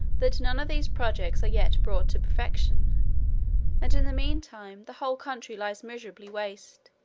that none of these projects are yet brought to perfection and in the mean time, the whole country lies miserably waste,